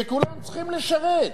שכולם צריכים לשרת.